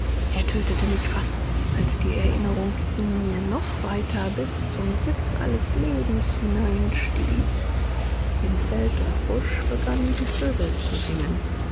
tötete mich fast als die erinnerung ihn mir noch weiter bis zum sitz alles lebens hineinstieß in feld und busch begannen die vögel zu singen